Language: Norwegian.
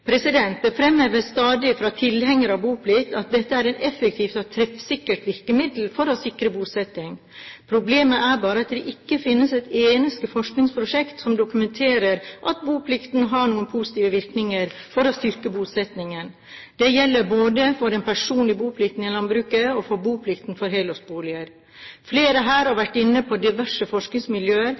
Det fremheves stadig fra tilhengere av boplikt at dette er et effektivt og treffsikkert virkemiddel for å sikre bosetting. Problemet er bare at det ikke finnes et eneste forskningsprosjekt som dokumenterer at boplikten har noen positiv virkning for å styrke bosettingen. Det gjelder både for den personlige boplikten i landbruket og for boplikten for helårsboliger. Flere her har vært inne på diverse forskningsmiljøer.